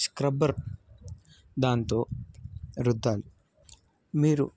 scrubber దాంతో రుద్దాలి మీరు